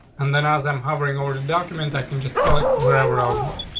and then as i'm hovering over the document, i can just select wherever out one.